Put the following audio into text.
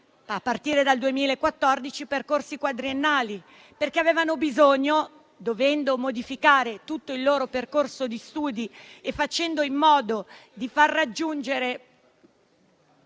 a partire dal 2014, percorsi quadriennali, perché avevano bisogno, dovendo modificare tutto il loro percorso di studi e facendo in modo di raggiungere